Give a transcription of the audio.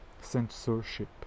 censorship